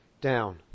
down